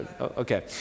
Okay